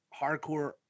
hardcore